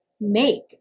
make